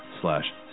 slash